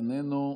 איננו,